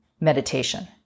meditation